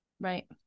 right